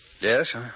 Yes